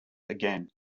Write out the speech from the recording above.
again